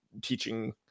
teaching